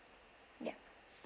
yup